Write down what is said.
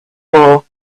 war